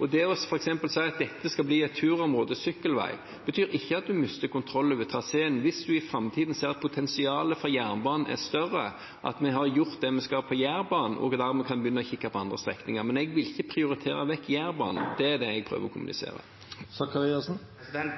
at dette skal bli et turområde, en sykkelvei, betyr ikke det at en mister kontroll over traseen hvis en i framtiden ser at potensialet for jernbanen er større, at vi har gjort det vi skal på Jærbanen, og dermed kan begynne å kikke på andre strekninger. Men jeg vil ikke prioritere vekk Jærbanen. Det er det jeg prøver å kommunisere.